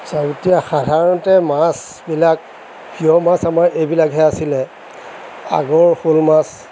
চাওক এতিয়া সাধাৰণতে মাছবিলাক প্ৰিয় মাছ আমাৰ এইবিলাকহে আছিলে আগৰ শ'ল মাছ